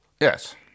Yes